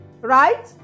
Right